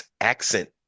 accent